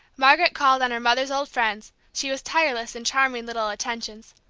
margaret called on her mother's old friends she was tireless in charming little attentions.